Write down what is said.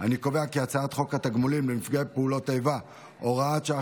ההצעה להעביר את הצעת חוק התגמולים לנפגעי פעולות איבה (הוראת שעה,